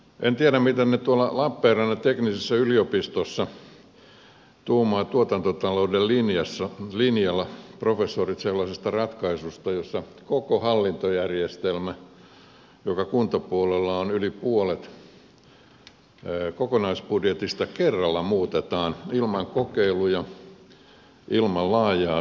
en tiedä mitä ne professorit tuolla lappeenrannan teknillisessä yliopistossa tuotantotalouden linjalla tuumaavat sellaisesta ratkaisusta jossa koko hallintojärjestelmä joka kuntapuolella on yli puolet kokonaisbudjetista kerralla muutetaan ilman kokeiluja ilman laajaa selvitystä